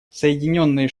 соединенные